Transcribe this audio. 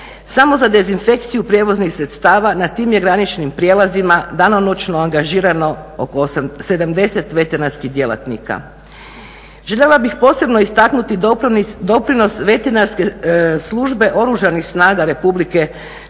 Samo za dezinfekciju prijevoznih sredstva na tim je graničnim prijelazima danonoćno organizirano oko 70 veterinarskih djelatnika. Željela bih posebno istaknuti doprinos veterinarske službe Oružanih snaga Republike Hrvatske